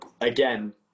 Again